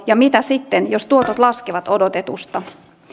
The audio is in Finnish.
ja mitä sitten jos tuotot laskevat odotetusta